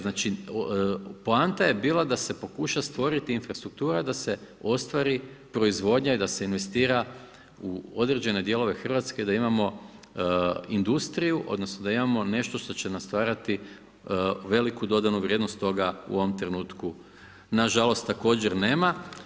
Znači, poanta je bila da se pokuša stvoriti infrastruktura da se ostvari proizvodnja i da se investira u određene dijelove Hrvatske da imamo industriju, odnosno da imamo nešto što će nam stvarati veliku dodanu vrijednost toga u ovom trenutku na žalost također nema.